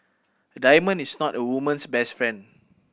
a diamond is not a woman's best friend